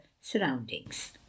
surroundings